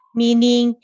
meaning